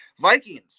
Vikings